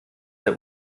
der